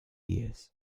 years